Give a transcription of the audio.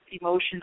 emotion